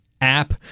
app